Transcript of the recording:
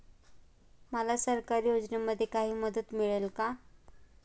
मला सरकारी योजनेमध्ये काही मदत मिळेल का?